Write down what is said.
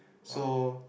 so